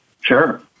Sure